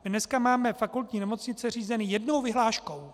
Dneska máme fakultní nemocnice řízeny jednou vyhláškou.